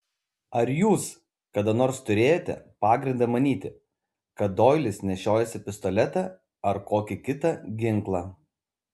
ar jūs kada nors turėjote pagrindą manyti kad doilis nešiojasi pistoletą ar kokį kitą ginklą